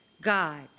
God